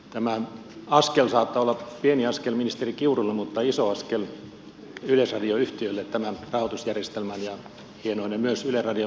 tämä askel saattaa olla pieni askel ministeri kiurulle mutta iso askel yleisradio yhtiölle tämä rahoitusjärjestelmän ja myös hienoinen yleisradiolainsäädännön fiilaaminen